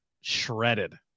shredded